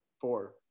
four